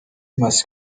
must